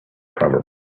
proverbs